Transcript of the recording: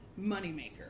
moneymaker